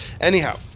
Anyhow